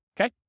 okay